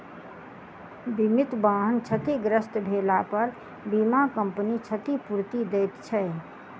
बीमित वाहन क्षतिग्रस्त भेलापर बीमा कम्पनी क्षतिपूर्ति दैत छै